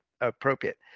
appropriate